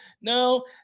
No